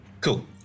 Cool